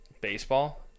baseball